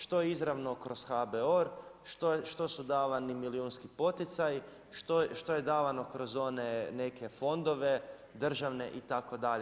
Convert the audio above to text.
Što izravno od HBOR, što su davani milijunski poticaji, što je davano kroz one neke fondove, državne itd.